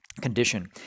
condition